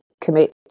commit